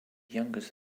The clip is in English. youngest